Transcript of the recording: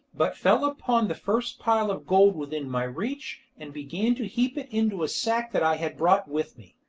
but fell upon the first pile of gold within my reach and began to heap it into a sack that i had brought with me.